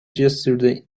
yesterday